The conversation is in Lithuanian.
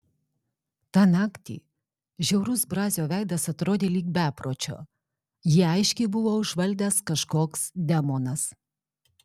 tą naktį žiaurus brazio veidas atrodė lyg bepročio jį aiškiai buvo užvaldęs kažkoks demonas